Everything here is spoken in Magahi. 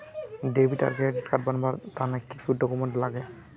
डेबिट आर क्रेडिट कार्ड बनवार तने की की डॉक्यूमेंट लागे?